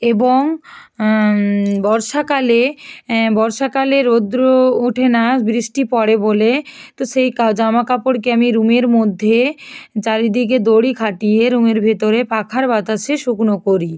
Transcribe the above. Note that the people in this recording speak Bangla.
এবং বর্ষাকালে অ্যাঁ বর্ষাকালে রৌদ্র ওঠে না বৃষ্টি পড়ে বলে তো সেই জামা কাপড়কে আমি রুমের মধ্যে চারিদিকে দড়ি খাটিয়ে রুমের ভিতরে পাখার বাতাসে শুকনো করি